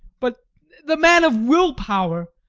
but the man of will-power,